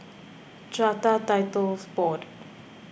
Strata Titles Board